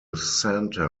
centre